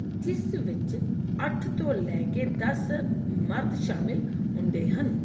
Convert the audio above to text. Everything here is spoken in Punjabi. ਜਿਸ ਵਿੱਚ ਅੱਠ ਤੋਂ ਲੈ ਕੇ ਦਸ ਮਰਦ ਸ਼ਾਮਿਲ ਹੁੰਦੇ ਹਨ